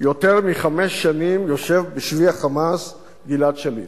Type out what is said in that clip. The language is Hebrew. יותר מחמש שנים יושב בשבי ה"חמאס" גלעד שליט.